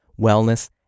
wellness